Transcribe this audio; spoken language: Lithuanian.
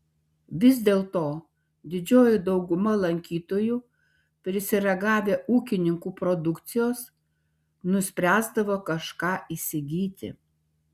vis dėlto didžioji dauguma lankytojų prisiragavę ūkininkų produkcijos nuspręsdavo kažką įsigyti